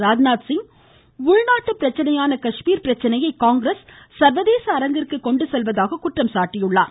ராஜ்நாத்சிங் உள்நாட்டு பிரச்சினையான காஷ்மீர் பிரச்சினையை காங்கிரஸ் சர்வதேச அரங்கிற்கு கொண்டு செல்வதாக குற்றம் சாட்டினார்